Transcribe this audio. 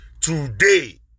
today